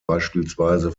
beispielsweise